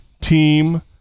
team